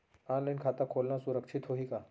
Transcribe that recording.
Online खाता खोलना सुरक्षित होही का?